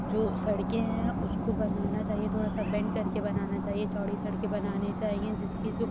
جو سڑکیں ہیں اُس کو بنانا چاہیے تھوڑا سا بینڈ کر کے بنانا چاہیے چوڑی سڑکیں بنانی چاہیے جس کی جو